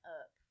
up